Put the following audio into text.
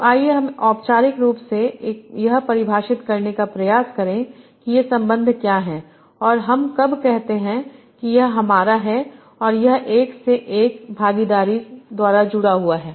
तो आइए हम औपचारिक रूप से यह परिभाषित करने का प्रयास करें कि ये संबंध क्या हैं और हम कब कहते हैं कि यह हमारा है और यह एक से एक भागीदारी द्वारा जुड़ा हुआ है